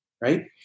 right